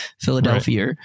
Philadelphia